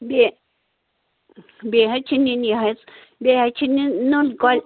بیٚیہِ چھِ نِنہِ یہے حَظ بیٚیہِ حَظ چھِ نٕنۍ نُن